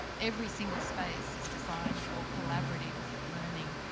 every single space is designed for collaborative learning.